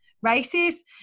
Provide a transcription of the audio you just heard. races